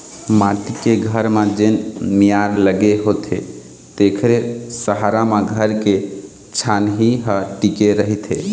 माटी के घर म जेन मियार लगे होथे तेखरे सहारा म घर के छानही ह टिके रहिथे